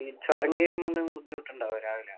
ഈ ചുരം കേറുന്നേകൊണ്ട് ബുദ്ധിമുട്ടുണ്ടാവോ രാവിലെ